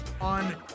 on